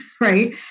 right